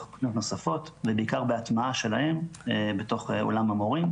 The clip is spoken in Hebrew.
תוכניות נוספות ובעיקר בהטמעה שלהן בתוך אולם המורים.